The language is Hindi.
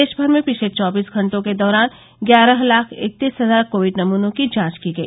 देशभर में पिछले चौबीस घंटों के दौरान ग्यारह लाख इकतीस हजार कोविड नमूनों की जांच की गई